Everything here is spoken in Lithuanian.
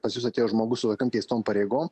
pas jus atėjo žmogus su tokiom keistom pareigom